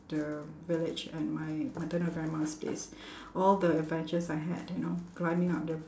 the village at my maternal grandma's place all the adventures I had you know climbing up the